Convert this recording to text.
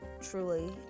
truly